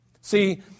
See